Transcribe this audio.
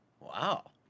Wow